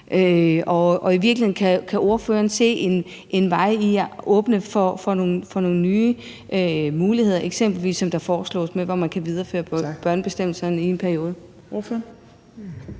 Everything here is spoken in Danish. i virkeligheden se en vej i forhold til at åbne for nogle nye muligheder, eksempelvis, som det foreslås, at man kan videreføre børnebestemmelserne i en periode?